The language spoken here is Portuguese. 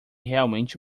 realmente